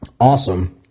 awesome